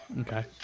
Okay